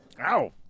Ow